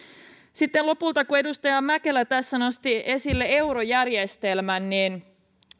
sitten lopuksi kun edustaja mäkelä tässä nosti esille eurojärjestelmän niin